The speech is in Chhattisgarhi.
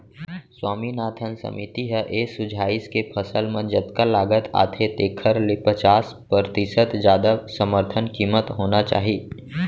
स्वामीनाथन समिति ह ए सुझाइस के फसल म जतका लागत आथे तेखर ले पचास परतिसत जादा समरथन कीमत होना चाही